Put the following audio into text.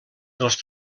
dels